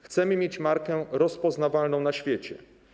Chcemy mieć markę rozpoznawalną na świecie.